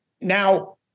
now